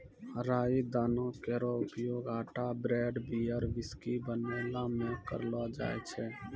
राई दाना केरो उपयोग आटा ब्रेड, बियर, व्हिस्की बनैला म करलो जाय छै